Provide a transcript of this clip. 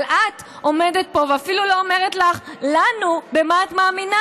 אבל את עומדת פה ואפילו לא אומרת לנו במה את מאמינה,